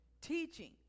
Teaching